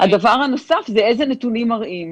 הדבר הנוסף זה איזה נתונים מראים.